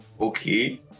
Okay